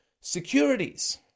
securities